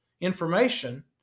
information